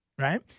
right